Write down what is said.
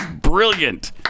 brilliant